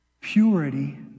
purity